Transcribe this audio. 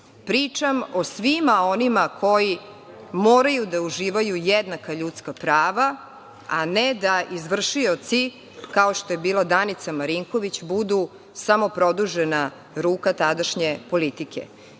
pričam o svima onima koji moraju da uživaju jednaka ljudska prava, a ne da izvršioci, kao što je bila Danica Marinković, budu samo produžena ruka tadašnje politike. Nadam